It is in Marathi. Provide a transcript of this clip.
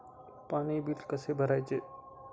पाणी बिल कसे भरायचे?